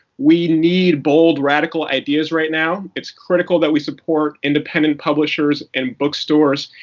we need bold, radical ideas right now. it's critical that we support independent publishers and bookstores,